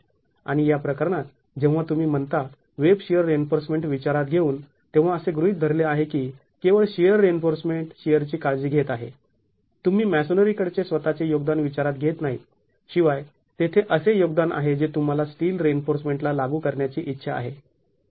आणि या प्रकरणात जेव्हा तुम्ही म्हणता वेब शिअर रिइन्फोर्समेंट विचारात घेऊन तेव्हा असे गृहीत धरले आहे की केवळ शिअर रिइन्फोर्समेंट शिअरची काळजी घेत आहे तुम्ही मॅसोनरीकडचे स्वतःचे योगदान विचारात घेत नाहीत शिवाय तेथे असे योगदान आहे जे तुम्हाला स्टील रिइन्फोर्समेंटला लागू करण्याची इच्छा आहे